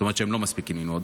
זאת אומרת שהם לא מספיקים ללמוד,